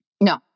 No